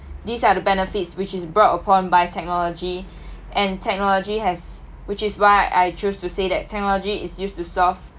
these are the benefits which is brought upon by technology and technology has which is why I choose to say that technology is used to solve